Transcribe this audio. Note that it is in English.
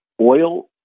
oil